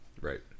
right